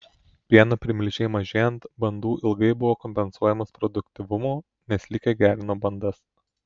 pieno primilžiai mažėjant bandų ilgai buvo kompensuojamas produktyvumu nes likę gerino bandas